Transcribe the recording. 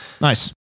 Nice